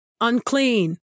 unclean